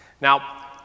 Now